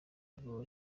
volleyball